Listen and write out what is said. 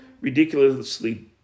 ridiculously